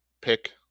pick